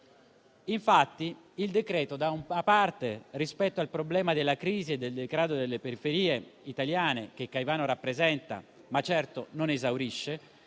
Infatti, il decreto-legge, rispetto al problema della crisi e del degrado delle periferie italiane che Caivano rappresenta, ma certo non esaurisce,